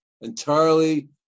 entirely